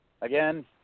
Again